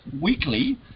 weekly